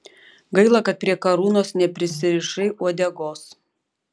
gaila kad prie karūnos neprisirišai uodegos